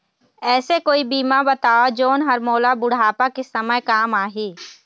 ऐसे कोई बीमा बताव जोन हर मोला बुढ़ापा के समय काम आही?